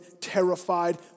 terrified